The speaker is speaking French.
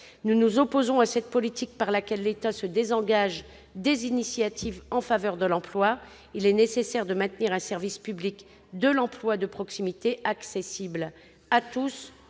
Nous nous opposons à cette politique par laquelle l'État se désengage des initiatives en faveur de l'emploi. Il est nécessaire de maintenir un service public de l'emploi de proximité accessible